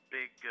big